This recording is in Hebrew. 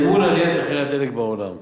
אל מול עליית מחיר הדלק בעולם.